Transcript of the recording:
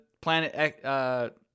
planet